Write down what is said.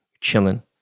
chilling